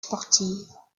sportive